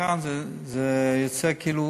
כאן יוצא כאילו,